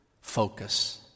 focus